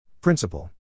Principle